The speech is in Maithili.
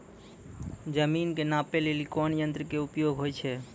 जमीन के नापै लेली कोन यंत्र के उपयोग होय छै?